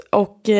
och